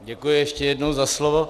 Děkuji ještě jednou za slovo.